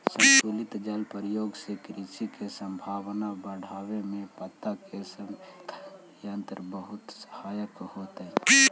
संतुलित जल प्रयोग से कृषि के संभावना बढ़ावे में पत्ता के संवेदक यंत्र बहुत सहायक होतई